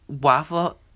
Waffle